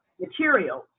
materials